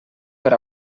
per